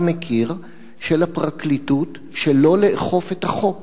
מכיר של הפרקליטות שלא לאכוף את החוק